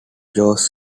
jose